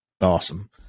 Awesome